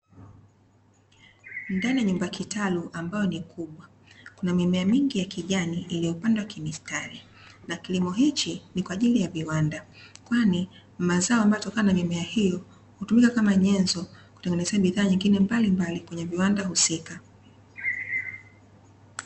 Ndani ya nyumba kitalu ambayo ni kubwa kuna mimea mingi ya kijani iliyopandwa kimistari, na kilimo hiki ni kwa ajili ya viwanda kwani mazao yanayotokana na mimea hiyo hutumika kama nyenzo kutengenezea bidhaa nyngine mbalimbali kwenye viwanda husika.